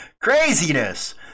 Craziness